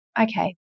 okay